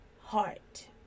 heart